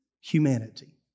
humanity